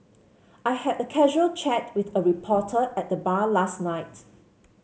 I had a casual chat with a reporter at the bar last night